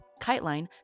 KiteLine